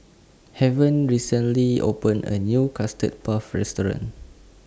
Heaven recently opened A New Custard Puff Restaurant